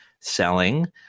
selling